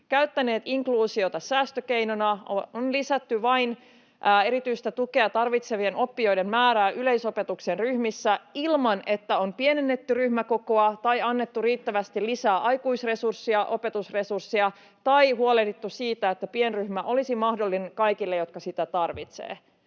käyttäneet inkluusiota säästökeinona; on lisätty vain erityistä tukea tarvitsevien oppijoiden määrää yleisopetuksen ryhmissä ilman että on pienennetty ryhmäkokoa tai annettu riittävästi lisää aikuisresurssia ja opetusresurssia tai huolehdittu siitä, että pienryhmä olisi mahdollinen kaikille, jotka sitä tarvitsevat.